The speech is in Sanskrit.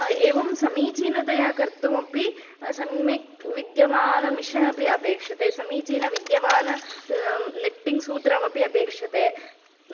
एवं समीचीनतया कर्तुमपि सम्यग्विद्यमानं मिशन् अपि अपेक्षते समीचीनविद्यमानं नेट्टिङ्ग् सूत्रम् अपि अपेक्षते